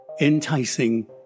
enticing